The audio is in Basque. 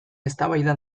eztabaida